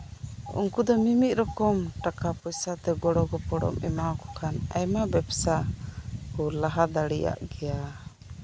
ᱩᱱᱠᱩ ᱫᱚ ᱢᱤᱢᱤᱫ ᱨᱚᱠᱚᱢ ᱴᱟᱠᱟ ᱯᱚᱭᱥᱟ ᱛᱮ ᱜᱚᱲᱚ ᱜᱚᱯᱚᱲᱚ ᱮᱢᱟᱣᱟᱚ ᱠᱷᱟᱱ ᱟᱭᱢᱟ ᱵᱮᱵᱥᱟ ᱠᱚ ᱞᱟᱦᱟ ᱫᱟᱲᱮᱭᱟᱜ ᱜᱮᱭᱟ